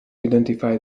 identify